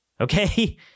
Okay